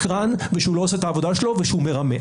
שקרן, שהוא לא עושה את העבודה שלו ושהוא מרמה.